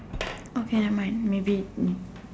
okay never mind maybe